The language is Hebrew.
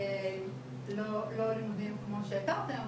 לא לימודים כמו שהכרתם,